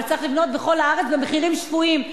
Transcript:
אבל צריך לבנות בכל הארץ במחירים שפויים,